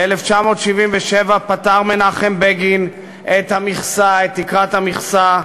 ב-1977 פטר מנחם בגין את המכסה, את תקרת המכסה.